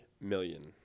million